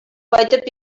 кайтып